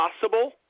possible